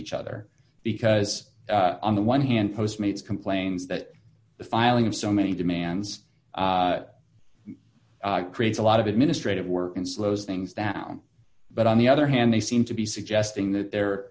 each other because on the one hand post meets complains that the filing of so many demands creates a lot of administrative work and slows things down but on the other hand they seem to be suggesting that they're